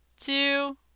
two